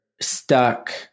stuck